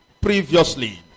previously